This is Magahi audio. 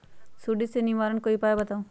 सुडी से निवारक कोई उपाय बताऊँ?